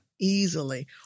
Easily